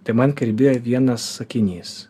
tai man kirbėjo vienas sakinys